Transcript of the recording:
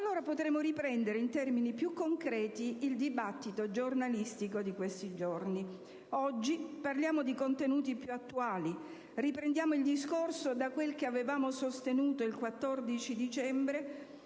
allora potremo riprendere in termini più concreti il dibattito giornalistico di questi giorni. Oggi parliamo di contenuti più attuali, riprendiamo il discorso da quel che avevamo sostenuto il 14 dicembre